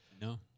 No